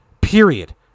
period